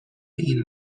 این